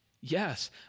Yes